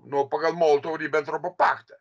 nuo pagal molotovo ribentropo paktą